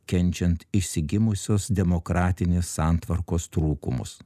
kenčiant išsigimusios demokratinės santvarkos trūkumus